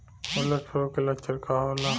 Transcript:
Bird flu के लक्षण का होला?